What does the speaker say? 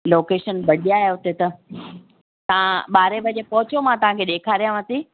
location बढ़िया आहे हुते त तव्हां ॿारहें बजे पहुचो मां तव्हांखे ॾेखारियांव थ